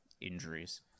injuries